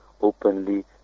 openly